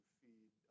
feed